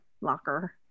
locker